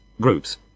groups